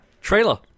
Trailer